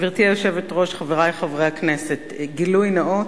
גברתי היושבת-ראש, חברי חברי הכנסת, גילוי נאות,